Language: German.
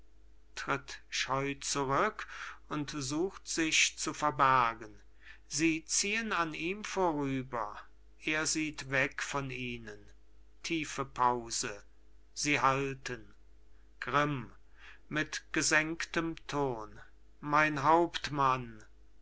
tritt scheu zurück und sucht sich zu verbergen sie ziehen an ihm vorüber er sieht weg von ihnen tiefe pause sie halten grimm mit gesenktem ton mein hauptmann